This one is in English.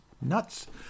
nuts